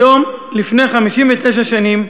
היום לפני 59 שנים,